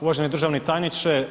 Uvaženi državni tajniče.